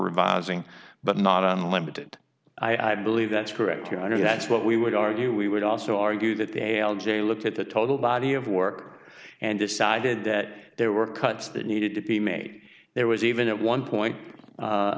revising but not unlimited i believe that's correct your honor that's what we would argue we would also argue that they all j looked at the total body of work and decided that there were cuts that needed to be made there was even at one point